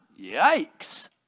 yikes